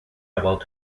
about